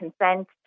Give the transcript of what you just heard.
consent